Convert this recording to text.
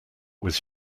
was